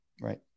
Right